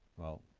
well,